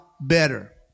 better